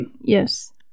yes